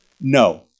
No